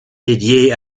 dédiées